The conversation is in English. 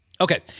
Okay